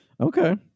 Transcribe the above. okay